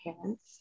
parents